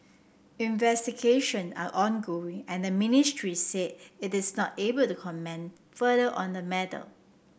investigation are ongoing and the ministry said it is not able to comment further on the matter